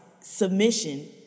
submission